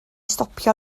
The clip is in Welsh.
stopio